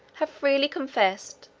have freely confessed,